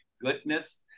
goodness